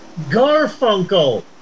Garfunkel